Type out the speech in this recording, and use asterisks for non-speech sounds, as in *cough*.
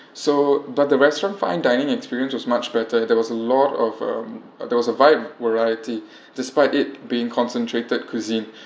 so but the restaurant fine dining experience was much better there was a lot of um uh there was a wide variety despite it being concentrated cuisine *breath*